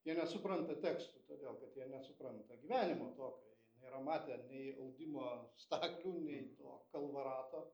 jie nesupranta tekstų todėl kad jie nesupranta gyvenimo tokio nėra matę nei audimo staklių nei to kalvarato